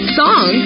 song